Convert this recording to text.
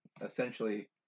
essentially